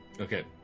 Okay